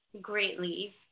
Greatly